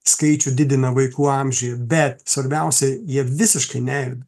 skaičių didina vaikų amžiuje bet svarbiausia jie visiškai nejuda